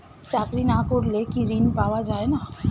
চাকরি না করলে কি ঋণ পাওয়া যায় না?